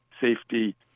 safety